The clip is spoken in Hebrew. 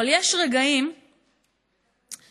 אבל יש רגעים שלשתוק